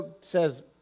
says